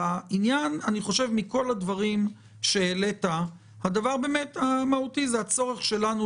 מכל הדברים שהעלית הדבר המהותי הוא הצורך שלנו